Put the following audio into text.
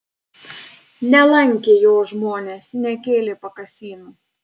nelankė jo žmonės nekėlė pakasynų